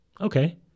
okay